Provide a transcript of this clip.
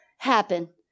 happen